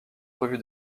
revue